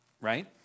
right